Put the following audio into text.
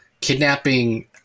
kidnapping